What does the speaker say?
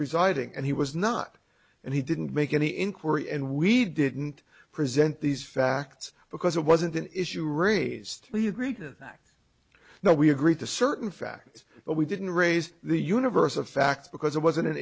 residing and he was not and he didn't make any inquiry and we didn't present these facts because it wasn't an issue raised we agreed that no we agreed to certain facts but we didn't raise the universe of facts because it wasn't an